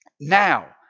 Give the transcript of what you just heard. Now